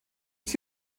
sie